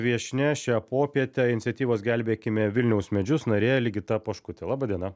viešnia šią popietę iniciatyvos gelbėkime vilniaus medžius narė ligita poškutė laba diena